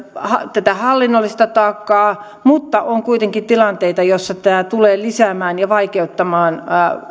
tätä hallinnollista taakkaa mutta on kuitenkin tilanteita joissa tämä tulee lisäämään ja vaikeuttamaan